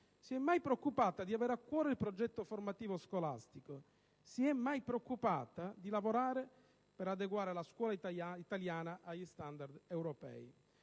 Si è mai preoccupata di avere a cuore il progetto formativo scolastico? Si è mai preoccupata di lavorare per adeguare la scuola italiana agli standard europei?